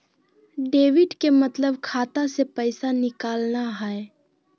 debit के मतलब खाता से पैसा निकलना हय